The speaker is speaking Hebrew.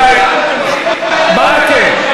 אי-אפשר להתעלם,